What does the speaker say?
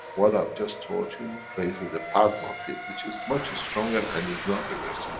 what i have just taught you plays with the plasma field, which is much as stronger and is not reverse.